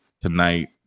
tonight